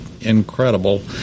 incredible